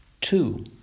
Two